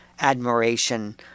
admiration